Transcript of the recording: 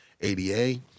ADA